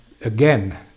again